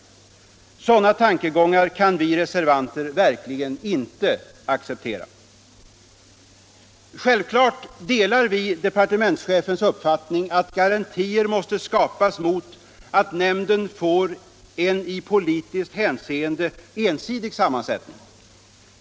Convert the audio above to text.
Sådana tankegångar kan vi reservanter verkligen inte acceptera. Självfallet delar vi departementschefens uppfattning att garantier måste skapas mot att nämnden får en i politiskt hänseende ensidig sammansättning.